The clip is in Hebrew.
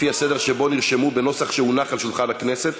לפי הסדר שבו נרשמו בנוסח שהונח על שולחן הכנסת.